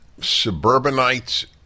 suburbanites